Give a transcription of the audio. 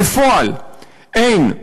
בפועל אין,